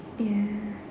ya